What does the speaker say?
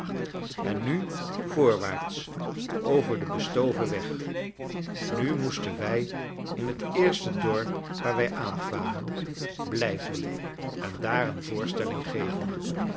en nu voorwaarts over den bestoven weg nu moesten wij in het eerste dorp waar wij aankwamen blijven en daar een voorstelling geven